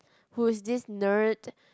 who is this nerd